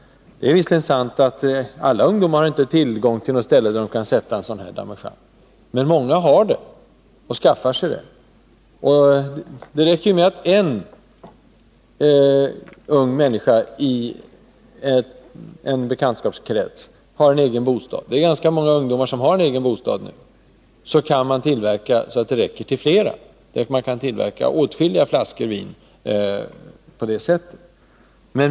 Det är visserligen sant att inte alla ungdomar har tillgång till någon plats där de kan ställa upp en damejeanne, men många har det eller skaffar sig det. Om det i en bekantskapskrets finns en enda ung människa som har egen bostad — och det är numera ganska många ungdomar som har en egen bostad — kan denna tillverka vin som räcker för flera. Man kan tillverka åtskilliga flaskor vin på det sättet.